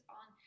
on